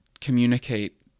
communicate